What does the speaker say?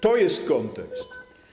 To jest kontekst.